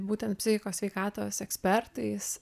būtent psichikos sveikatos ekspertais